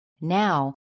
Now